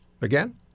again